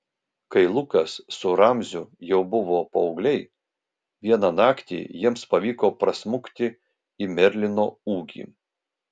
kai lukas su ramziu jau buvo paaugliai vieną naktį jiems pavyko prasmukti į merlino ūkį